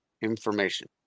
information